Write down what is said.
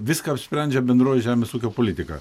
viską apsprendžia bendroji žemės ūkio politika